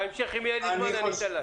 בהמשך אם יהיה זמן אני אתן להם.